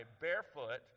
barefoot